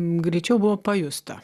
greičiau buvo pajusta